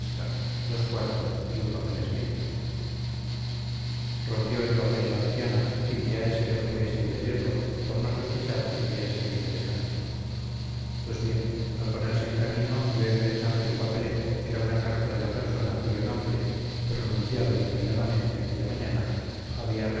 dos cuartos y un papel escrito rompió el papel la anciana sin que a él se le ocurriese impedirlo por no sospechar que pudiera ser interesante pues bien al ponerse en camino dio en pensar que el papelejo era una carta de la persona cuyo nombre pronunciado inopinadamente aquella mañana había